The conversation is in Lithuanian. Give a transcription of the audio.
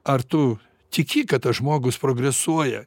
ar tu tiki kad tas žmogus progresuoja